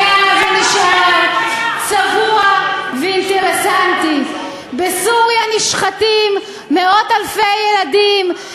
היה ונשאר צבוע ואינטרסנטי: בסוריה נשחטים מאות-אלפי ילדים,